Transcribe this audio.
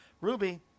Ruby